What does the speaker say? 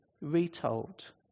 retold